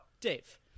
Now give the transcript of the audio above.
dave